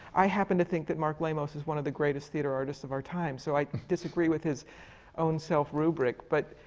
i happen to think that marc lamos is one of the greatest theatre artists of our time, so i disagree with his own self rubric. but